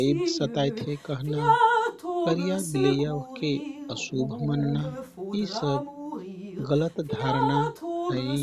ऐब सताइथे कहना। करिया बिलैया ओहके अशुभ मन्ना। यी सब गलत धारणा हैँ।